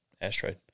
asteroid